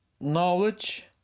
knowledge